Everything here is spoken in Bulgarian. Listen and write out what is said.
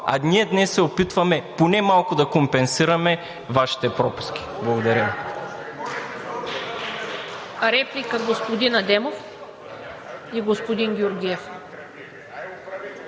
А ние днес се опитваме поне малко да компенсираме вашите пропуски. Благодаря